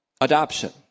Adoption